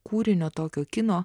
kūrinio tokio kino